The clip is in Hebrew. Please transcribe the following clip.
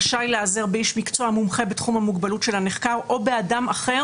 רשאי להיעזר באיש מקצוע מומחה בתחום המוגבלות של הנחקר או באדם אחר